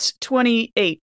twenty-eight